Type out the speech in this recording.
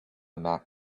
mac